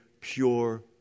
pure